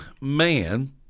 man